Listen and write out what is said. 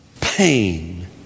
pain